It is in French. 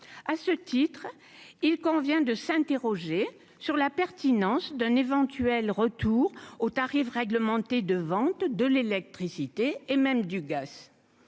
à ce titre, il convient de s'interroger sur la pertinence d'un éventuel retour aux tarifs réglementés de vente de l'électricité et même du gars